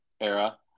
era